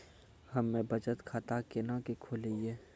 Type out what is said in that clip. हम्मे बचत खाता केना के खोलियै?